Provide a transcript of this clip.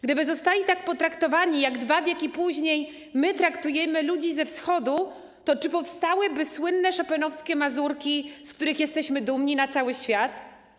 Gdyby zostali tak potraktowani jak dwa wieki później my traktujemy ludzi ze Wschodu, to czy powstałyby słynne Chopinowskie mazurki, z których jesteśmy dumni na cały świat?